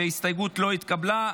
ההסתייגות לא התקבלה.